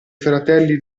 fratelli